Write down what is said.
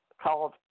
called